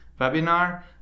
webinar